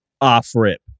off-rip